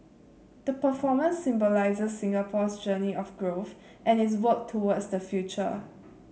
the performance symbolises Singapore's journey of growth and its work towards the future